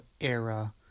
era